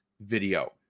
video